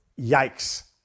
Yikes